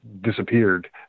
disappeared